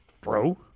bro